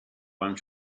one